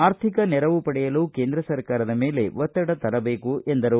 ಆರ್ಥಿಕ ನೆರವು ಪಡೆಯಲು ಕೇಂದ್ರ ಸರ್ಕಾರದ ಮೇಲೆ ಒತ್ತಡ ತರಬೇಕು ಎಂದರು